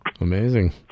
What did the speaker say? Amazing